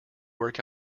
work